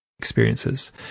experiences